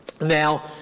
now